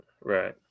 Right